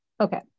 Okay